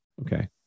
Okay